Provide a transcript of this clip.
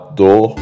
door